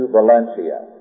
Valencia